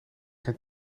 geen